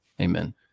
Amen